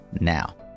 now